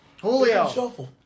Julio